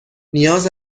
نیاز